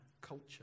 culture